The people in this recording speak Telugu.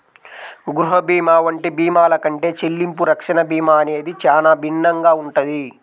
గృహ భీమా వంటి భీమాల కంటే చెల్లింపు రక్షణ భీమా అనేది చానా భిన్నంగా ఉంటది